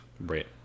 Right